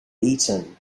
eaton